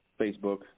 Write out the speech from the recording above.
Facebook